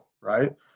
right